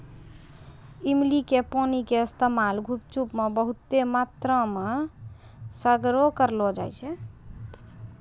इमली के पानी के इस्तेमाल गुपचुप मे बहुते मात्रामे सगरे करलो जाय छै